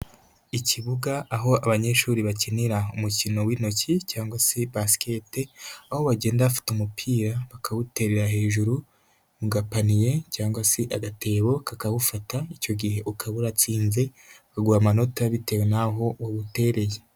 Ikibuga aho abanyeshuri bakinira umukino w'intoki cyangwa se basikete, aho bagenda bafata umupira bakawuterera hejuru mu gapaniye cyangwa se agatebo kakawufata, icyo gihe ukaba uratsinze, bakaguha amanota bitewe n'aho uwutereye.